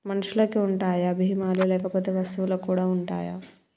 మనుషులకి ఉంటాయా బీమా లు లేకపోతే వస్తువులకు కూడా ఉంటయా?